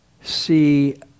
see